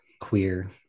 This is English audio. queer